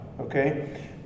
okay